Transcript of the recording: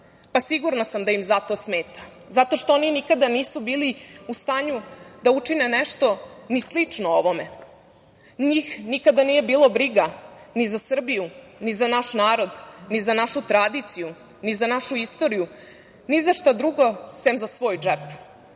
Sigurna sam da im zato smeta, zato što oni nikada nisu bili u stanju da učine nešto ni slično ovome. Njih nikada nije bilo briga ni za Srbiju, ni za naš narod, ni za našu tradiciju, ni za našu istoriju, ni za šta drugo sem za svoj džep.E,